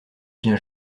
bien